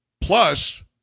Plus